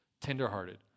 tenderhearted